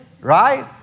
right